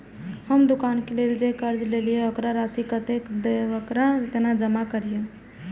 हम दुकान के लेल जे कर्जा लेलिए वकर राशि कतेक छे वकरा केना जमा करिए?